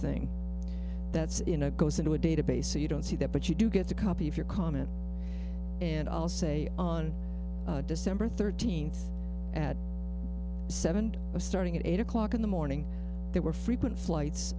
thing that's in a goes into a database so you don't see that but you do get a copy of your comment and i'll say on december thirteenth at seven starting at eight o'clock in the morning there were frequent flights